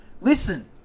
Listen